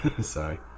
Sorry